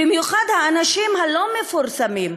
במיוחד האנשים הלא-מפורסמים,